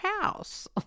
house